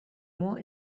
more